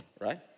right